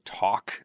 talk